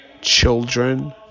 children